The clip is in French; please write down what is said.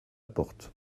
porte